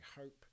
hope